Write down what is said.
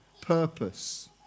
purpose